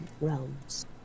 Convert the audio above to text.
realms